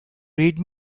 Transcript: read